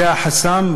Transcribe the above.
זה חסם.